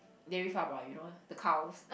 dairy farm lah you know the cows